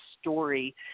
story